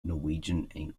norwegian